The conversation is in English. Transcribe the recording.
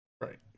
Right